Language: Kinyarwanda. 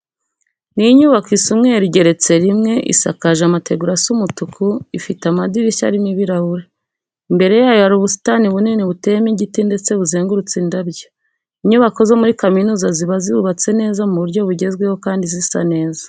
Ni inyubako isa umweru igeretse rimwe, isakaje amategura asa umutuku, ifite amadirishya arimo ibirahure. Imbere yayo hari ubusitani bunini buteyemo igiti ndetse buzengurukishije indabyo. Inyubako zo muri kaminuza ziba zubatse neza mu buryo bugezweho kandi zisa neza.